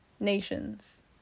Nations